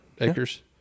acres